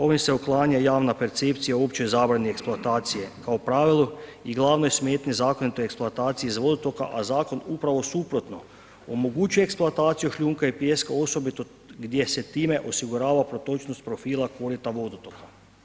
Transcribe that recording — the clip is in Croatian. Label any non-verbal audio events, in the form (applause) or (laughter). Ovim se uklanja javna percepcija opće zabrane eksploatacije kao pravilo i glavnoj smetnji zakonitoj eksploatacije ... (unintelligible) a zakon upravo suprotno omogućuje eksploataciju šljunka i pijeska osobito gdje se time osigurava protočnost profila korita vodotoka.